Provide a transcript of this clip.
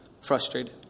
frustrated